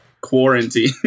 quarantine